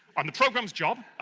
and the program's job,